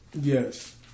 Yes